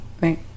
Right